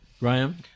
Ryan